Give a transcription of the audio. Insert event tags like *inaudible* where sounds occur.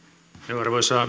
arvoisa *unintelligible*